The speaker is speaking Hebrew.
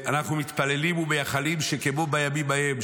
אנחנו מתפללים ומייחלים שכמו בימים ההם,